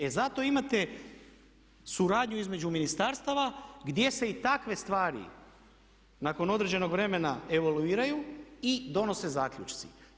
E zato imate suradnju između ministarstava gdje se i takve stvari nakon određenog vremena evoluiraju i donose zaključci.